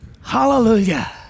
Hallelujah